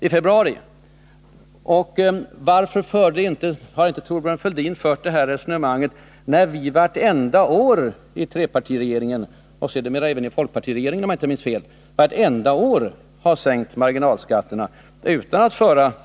Varför har inte Thorbjörn Fälldin fört det resonemang som han förde för en stund sedan också när vi vartenda år i trepartiregeringen och— om jag inte minns fel—- man sedermera även i folkpartiregeringen har sänkt marginalskatterna?